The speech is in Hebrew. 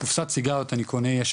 קופסת סיגריות אני קונה,